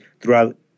throughout